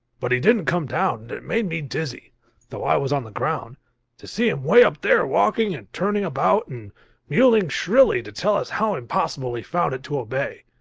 but he didn't come down and it made me dizzy though i was on the ground to see him way up there walking and turning about and miauling shrilly to tell us how impossible he found it to obey.